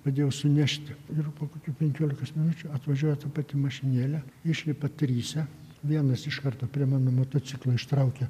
padėjau sunešti ir po kokių penkiolikos minučių atvažiuoja ta pati mašinėlė išlipa trise vienas iš karto prie mano motociklo ištraukė